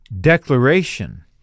declaration